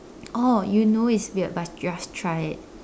oh you know it's weird but just try it